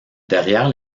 derrière